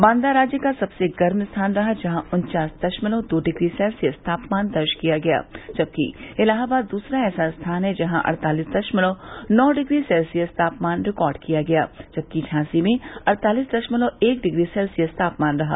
बांदा राज्य का सबसे गर्म स्थान रहा जहां उन्चास दशमलव दो डिग्री सेल्सियस तापमान दर्ज किया गया जबकि इलाहाबाद दूसरा ऐसा स्थान है जहां अड़तालिस दशमलव नौ डिग्री सेल्सियस तापमान रिकार्ड किया गया है जबकि झांसी में अड़तालिस दशमलव एक डिग्री सेल्सियस तापमान रहा